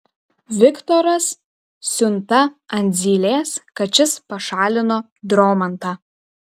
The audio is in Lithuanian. viktoras siunta ant zylės kad šis pašalino dromantą